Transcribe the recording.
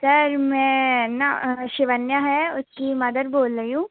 sir मैं ना शिवन्या है उसकी मदर बोल रही हूँ